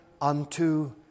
unto